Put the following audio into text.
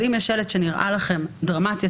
אם יש שלט שנראה לכם דרמטי,